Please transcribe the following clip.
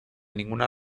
ninguna